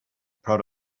proud